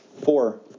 Four